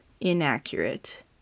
inaccurate